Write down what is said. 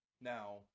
Now